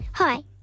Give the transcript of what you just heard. Hi